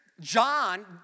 John